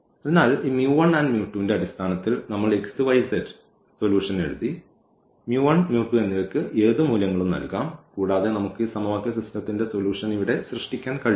അതിനാൽ ഈ and ന്റെ അടിസ്ഥാനത്തിൽ നമ്മൾ ഈ x y z സൊല്യൂഷൻ എഴുതി and എന്നിവയ്ക്ക് ഏത് മൂല്യങ്ങളും നൽകാം കൂടാതെ നമുക്ക് ഈ സമവാക്യ സിസ്റ്റത്തിന്റെ സൊല്യൂഷൻ ഇവിടെ സൃഷ്ടിക്കാൻ കഴിയും